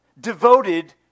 devoted